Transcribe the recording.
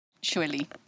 surely